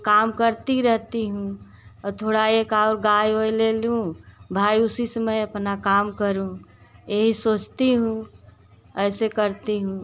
काम करती रहती हूँ और थोड़ा एक और गाय ओय ले लूँ भाई उसी से मैं अपना काम करूँ यही सोचती हूँ ऐसे करती हूँ